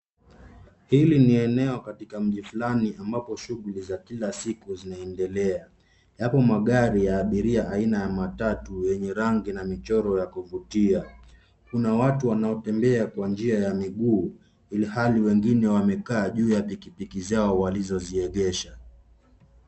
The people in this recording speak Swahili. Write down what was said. Hili ni eneo katika mji fulani ambapo shughuli za kila siku zinaendelea. Yapo magari ya abiria aina ya matatu wenye rangi na michoro ya kuvutia. Kuna watu wanaotembea kwa njia ya miguu ilhali wengine wamekaa juu ya pikipiki zao walizoziegesha.